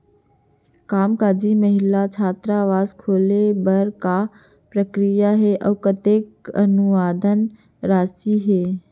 कामकाजी महिला छात्रावास खोले बर का प्रक्रिया ह अऊ कतेक अनुदान राशि कतका हे?